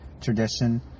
tradition